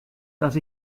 dass